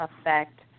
effect